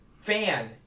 fan